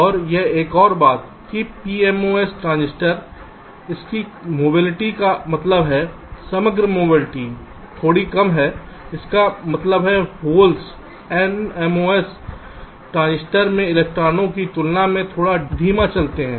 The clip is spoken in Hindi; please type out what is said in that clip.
और एक और बात है कि pMOS ट्रांजिस्टर उनकी मोबिलिटी का मतलब है समग्र मोबिलिटी थोड़ी कम है इसका मतलब है होल्स nMOS ट्रांजिस्टर में इलेक्ट्रॉनों की तुलना में थोड़ा धीमा चलते हैं